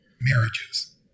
marriages